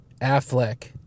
affleck